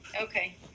Okay